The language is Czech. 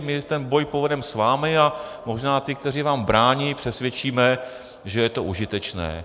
My ten boj povedeme s vámi a možná ty, kteří vám brání, přesvědčíme, že je to užitečné.